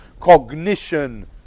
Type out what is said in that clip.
cognition